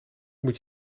moet